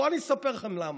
בואו אני אספר לכם למה,